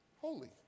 holy